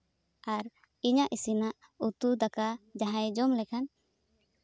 ᱟᱨ ᱤᱧᱟᱹᱜ ᱤᱥᱤᱱᱟᱜ ᱩᱛᱩ ᱫᱟᱠᱟ ᱡᱟᱦᱟᱸᱭ ᱡᱚᱢ ᱞᱮᱠᱷᱟᱱ